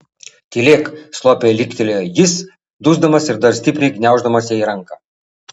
tylėk slopiai riktelėjo jis dusdamas ir dar stipriau gniauždamas jai ranką